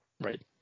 Right